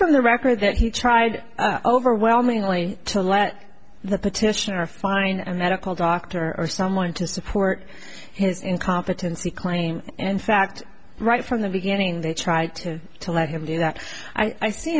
from the record that he tried overwhelmingly to let the petitioner a fine and medical doctor or someone to support his incompetency claim in fact right from the beginning they try to to let him do that i see